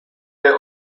der